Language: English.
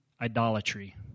idolatry